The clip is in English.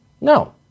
No